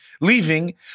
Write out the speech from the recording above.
leaving